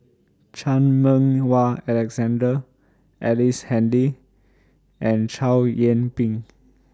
Chan Meng Wah Alexander Ellice Handy and Chow Yian Ping